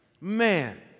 Man